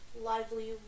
lively